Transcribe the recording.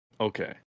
Okay